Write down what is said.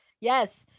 Yes